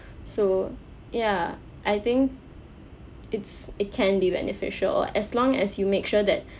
so ya I think it's it can be beneficial as long as you make sure that